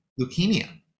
leukemia